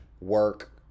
work